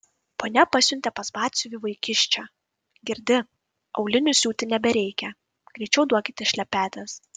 ponia pasiuntė pas batsiuvį vaikiščią girdi aulinių siūti nebereikia greičiau duokite šlepetes